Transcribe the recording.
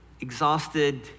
exhausted